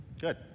Good